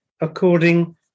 according